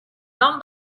non